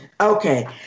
Okay